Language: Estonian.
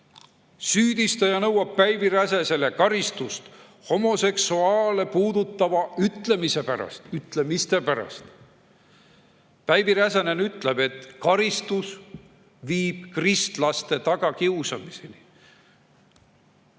Süüdistaja nõuab Päivi Räsäsele karistust homoseksuaale puudutavate ütlemiste pärast. Päivi Räsänen ütleb, et karistus viib kristlaste tagakiusamiseni.